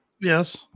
Yes